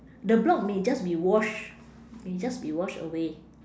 the block may just be wash may just be wash away